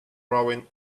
rowing